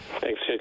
thanks